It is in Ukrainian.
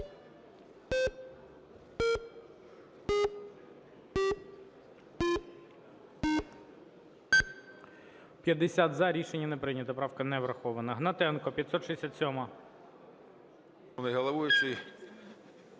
За-50 Рішення не прийнято. Правка не врахована. Гнатенко, 567-а.